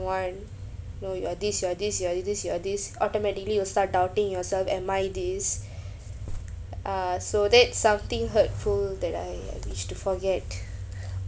one know you're this you're this you're this you're this automatically you'll start doubting yourself and mind this uh so that's something hurtful that I I wish to forget